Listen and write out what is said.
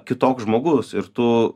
kitoks žmogus ir tu